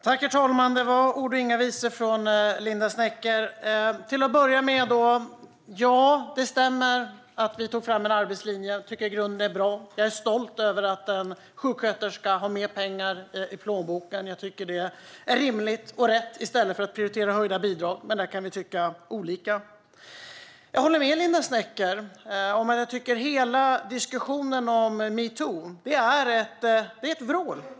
Herr talman! Det var ord och inga visor från Linda Snecker. Ja, det stämmer att vi tog fram en arbetslinje. Det tycker jag i grunden är bra. Jag är stolt över att en sjuksköterska nu har mer pengar i plånboken. Jag tycker att det är rimligt och rätt, i stället för att prioritera höjda bidrag. Men där kan vi tycka olika. Jag håller med Linda Snecker om att hela diskussionen om metoo är ett vrål.